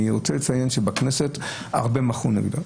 אני רוצה לציין שבכנסת הרבה מחו נגדה.